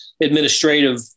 administrative